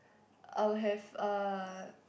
I will have